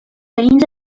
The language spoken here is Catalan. veïns